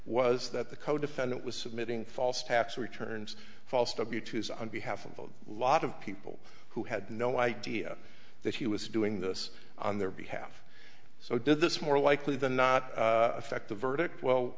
was that the codefendant was submitting false tax returns false wus on behalf of a lot of people who had no idea that he was doing this on their behalf so did this more likely than not affect the verdict well